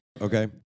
Okay